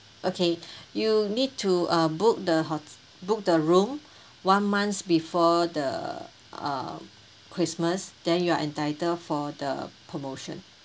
okay you need to uh book the ho~ book the room one month before the uh Christmas then you are entitled for the promotion